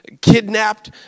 kidnapped